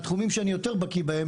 מהתחומים שאני יותר בקיא בהם,